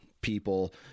people